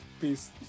Peace